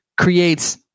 creates